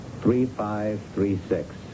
three-five-three-six